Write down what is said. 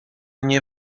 nie